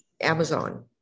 Amazon